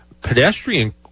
pedestrian